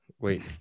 Wait